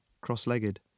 cross-legged